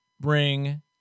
bring